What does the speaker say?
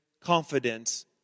confidence